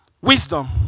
wisdom